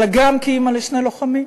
אלא גם כאימא לשני לוחמים,